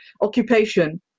occupation